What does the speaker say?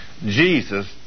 Jesus